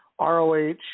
ROH